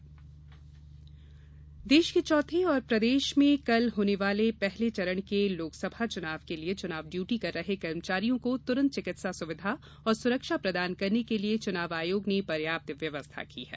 चुनाव आयोग देश के चौथे और प्रदेश में कल होने वाले पहले चरण के लोकसभा चुनाव में चुनाव ड्यूटी कर रहे कर्मचारियों को तुरंत चिकित्सा सुविधा और सुरक्षा प्रदान करने के लिये चुनाव आयोग ने पर्याप्त व्यवस्था की है